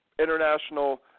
international